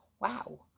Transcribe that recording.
Wow